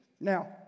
Now